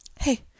Hey